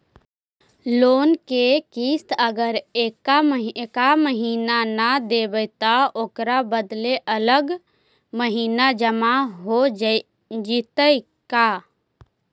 Loan के किस्त अगर एका महिना न देबै त ओकर बदले अगला महिना जमा हो जितै का?